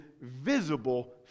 visible